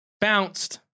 bounced